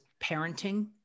parenting